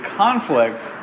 conflict